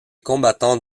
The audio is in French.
combattants